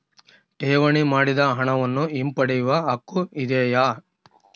ಠೇವಣಿ ಮಾಡಿದ ಹಣವನ್ನು ಹಿಂಪಡೆಯವ ಹಕ್ಕು ಇದೆಯಾ?